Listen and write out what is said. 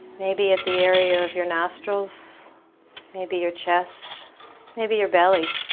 maybe at the area of your nostrils maybe your chest maybe your belly